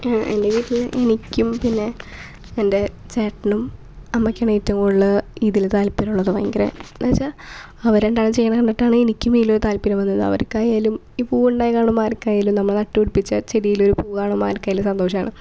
എൻ്റെ വീട്ടില് എനിക്കും പിന്നെ എൻ്റെ ചേട്ടനും അമ്മയ്ക്കുമാണ്ഏറ്റവും കൂടുതല് ഇതില് താല്പര്യമുള്ളത് ഭയങ്കരെ എന്നു വെച്ചാൽ അവര് രണ്ടാളും ചെയ്യുന്നത് കണ്ടിട്ടാണ് എനിക്കും ഇതിലൊരു താല്പര്യം വന്നത് അവര്ക്കായാലും ഈ പൂവുണ്ടായി കാണുമ്പോൾ ആർക്കായാലും നമ്മള് നട്ടുപിടിപ്പിച്ച ചെടിയിൽ ഒരു പൂ കാണുമ്പോൾ ആർക്കായാലും സന്തോഷമാണ്